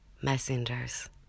messengers